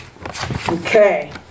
Okay